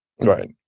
Right